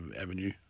avenue